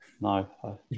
No